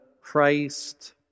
Christ